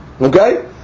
Okay